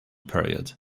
period